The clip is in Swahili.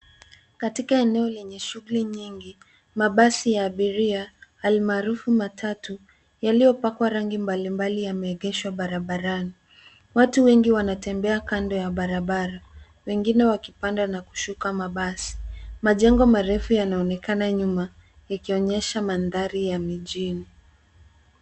Katika eneo lenye shughuli nyingi, mabasi ya abiria, almaharufu matatu, yaliyopakwa rangi mbali mbali yameegeshwa barabarani. Watu wengi wanatembea kando ya barabara. Wengine wakipanda na kushuka mabasi. Majengo marefu yanaonekana nyuma, yakionyesha mandhari ya mijini.